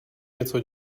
něco